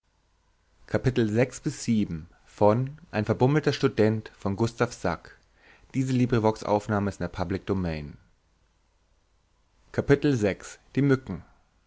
ein verbummelter student